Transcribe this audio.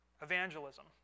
evangelism